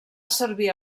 servir